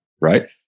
right